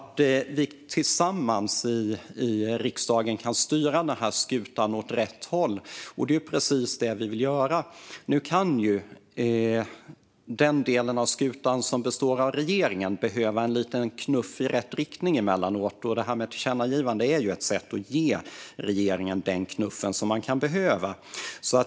Tillsammans kan vi i riksdagen styra den här skutan åt rätt håll. Det är precis det vi vill göra. Den del av skutan som består av regeringen kan emellanåt behöva en liten knuff i rätt riktning. Tillkännagivandet är ett sätt att ge regeringen den knuff som den kan behöva.